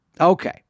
okay